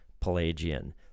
Pelagian